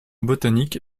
botanique